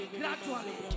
gradually